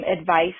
advice